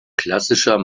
klassischer